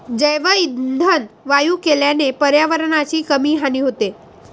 जैवइंधन वायू केल्याने पर्यावरणाची कमी हानी होते